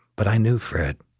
but i knew fred